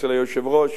אצל היושב-ראש,